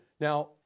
Now